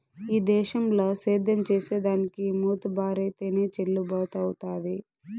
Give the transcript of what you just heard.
ఈ దేశంల సేద్యం చేసిదానికి మోతుబరైతేనె చెల్లుబతవ్వుతాది